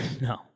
no